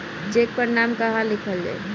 Check पर नाम कहवा लिखल जाइ?